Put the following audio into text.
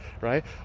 right